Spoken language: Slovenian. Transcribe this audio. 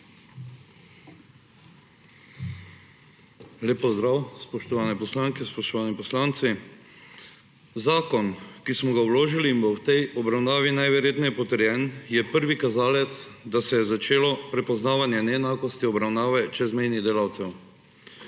Lep pozdrav, spoštovane poslanke in spoštovani poslanci! Zakon, ki smo ga vložili in bo v tej obravnavi najverjetneje potrjen, je prvi kazalec, da se je začelo prepoznavanje neenakosti obravnave čezmejnih delavcev.